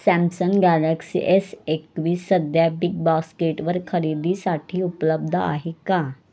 Samsung Galaxy S एकवीस सध्या बिग बास्केटवर खरेदीसाठी उपलब्ध आहे का